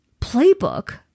playbook